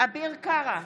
אביר קארה,